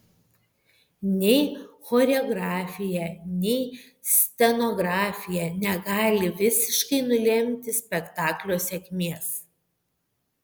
nei choreografija nei scenografija negali visiškai nulemti spektaklio sėkmės